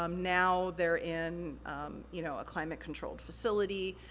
um now they're in you know a climate controlled facility,